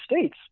states